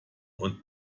und